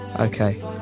Okay